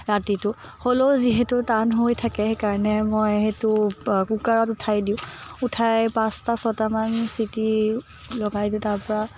ৰাতিটো হ'লেও যিহেতো টান হৈ থাকে সেইকাৰণে মই সেইটো কুকাৰত উঠাই দিওঁ উঠাই পাঁচটা ছটামান চিটি লগাই দিওঁ তাৰ পৰা